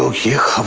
here